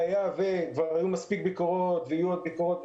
כבר היו מספיק ביקורות ויהיו עוד ביקורות,